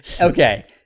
Okay